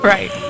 Right